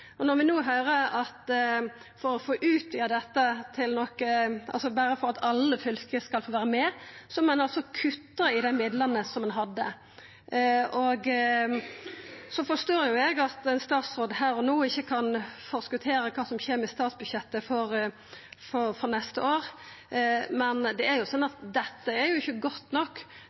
Og no høyrer vi at berre for at alle fylke skal få vera med, må ein kutta i dei midlane som ein hadde. Eg forstår at ein statsråd her og no ikkje kan forskotera kva som kjem i statsbudsjettet for neste år. Men dette er ikkje godt nok, dersom det er dette som skal visa kva ein meiner med folkehelsearbeid. Sjølvsagt er